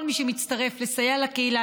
כל מי שמצטרף לסייע לקהילה,